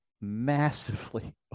massively